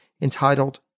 entitled